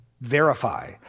verify